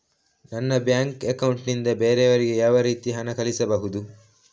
ನನ್ನ bank account ನಿಂದ ಬೇರೆಯವರಿಗೆ ಯಾವ ರೀತಿ ಹಣ ಕಳಿಸಬಹುದು?